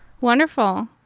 Wonderful